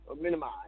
minimize